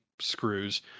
screws